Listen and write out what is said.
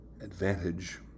advantage